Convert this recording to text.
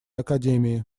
академии